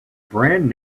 brand